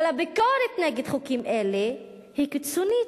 אבל הביקורת נגד חוקים אלה היא קיצונית,